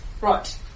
Right